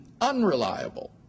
unreliable